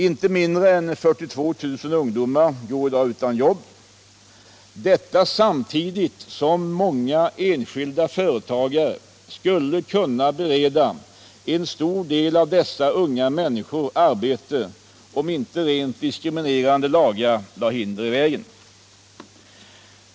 Inte mindre än 42 000 ungdomar går i dag utan arbete, samtidigt som många enskilda företagare skulle kunna bereda en stor del av dessa unga människor arbete om inte rent diskriminerande lagar lade hinder i vägen.